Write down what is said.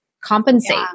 compensate